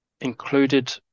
included